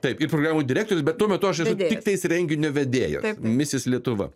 taip ir programų direktorius bet tuo metu aš esu tiktais renginio vedėjas misis lietuva